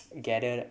gather